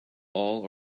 all